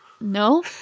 no